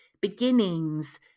beginnings